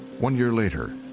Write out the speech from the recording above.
one year later,